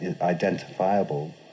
identifiable